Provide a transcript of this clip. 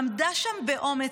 עמדה שם באומץ,